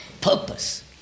purpose